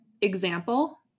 example